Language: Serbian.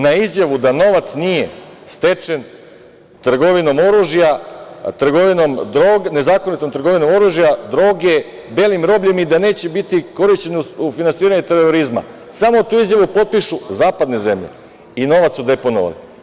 Na izjavu da novac nije stečen nezakonitom trgovinom oružja, droge, belim robljem i da neće biti korišćen u finansiranje terorizma, samo tu izjavu potpišu zapadne zemlje i novac su deponovali.